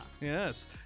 Yes